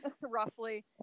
roughly